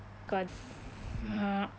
cause ugh